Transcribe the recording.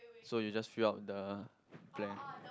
so you just fill up the blank